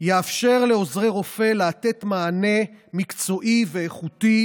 יאפשר לעוזרי רופא לתת מענה מקצועי ואיכותי